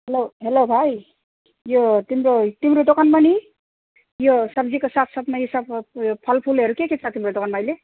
hello hello भाइ यो तिम्रो तिम्रो दोकानमा नि यो सब्जीको साथसाथमा यो सब उयो फलफुलहरू के के छ तपाईँको दोकानमा अहिले